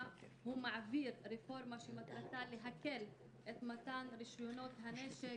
הוא מעביר רפורמה שמטרתה להקל את מתן רישיונות הנשק